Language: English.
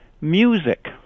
music